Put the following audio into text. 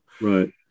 right